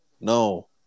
no